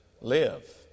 live